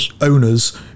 owners